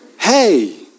Hey